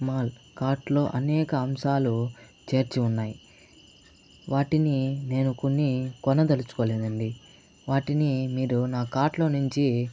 mall cart లో అనేక అంశాలు చేర్చి ఉన్నాయి వాటిని నేను కొన్ని కొనదలుచుకోలేదండి వాటిని మీరు నా కార్ట్ లో నించి